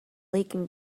leaking